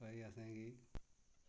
भई असेंगी